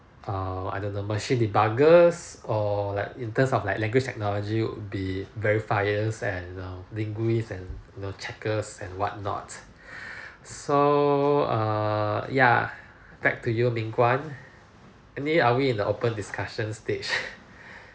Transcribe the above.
err I don't know machine debuggers or like in terms of language technology would be very fiance and you know linguist and you know checkers and what not so err ya back to you ming-guan annie are we in a open discussion stage